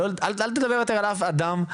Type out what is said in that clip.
אל תדבר יותר על אף אדם,